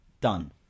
Done